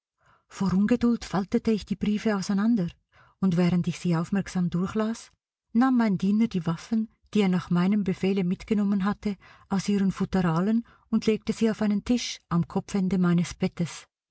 vor ungeduld faltete ich die briefe auseinander und während ich sie aufmerksam durchlas nahm mein diener die waffen die er nach meinem befehle mitgenommen hatte aus ihren futteralen und legte sie auf einen tisch am kopfende meines bettes